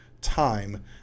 time